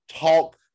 talk